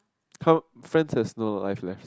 how friend is know as a life lesson